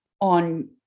on